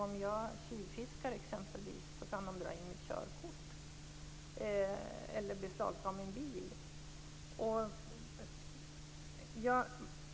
Om jag exempelvis tjuvfiskar kan man dra in mitt körkort eller beslagta min bil.